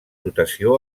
dotació